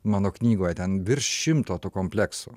mano knygoje ten virš šimto tų kompleksų